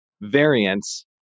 variance